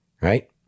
right